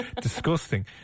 Disgusting